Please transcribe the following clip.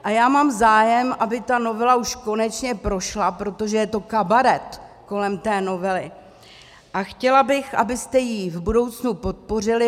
A já mám zájem, aby ta novela už konečně prošla, protože je to kabaret kolem té novely, a chtěla bych, abyste ji v budoucnu podpořili.